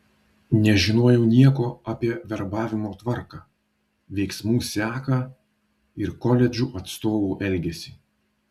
nežinojau nieko apie verbavimo tvarką veiksmų seką ir koledžų atstovų elgesį